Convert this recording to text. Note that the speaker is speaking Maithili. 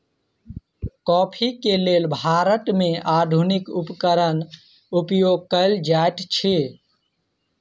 कॉफ़ी के लेल भारत में आधुनिक उपकरण उपयोग कएल जाइत अछि